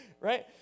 right